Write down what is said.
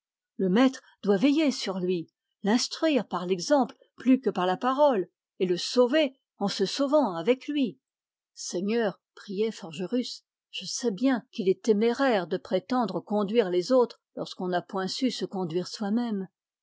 le maître doit veiller sur lui l'instruire par l'exemple plus que par la parole et le sauver en se sauvant avec lui seigneur priait forgerus je sais bien qu'il est téméraire de prétendre conduire les autres lorsqu'on n'a point su se conduire soi-même